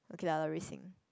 okay lah the racing